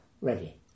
ready